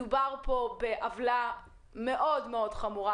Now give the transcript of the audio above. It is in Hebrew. מבחינתנו מדובר בעוולה מאוד חמורה,